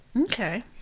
Okay